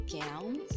gowns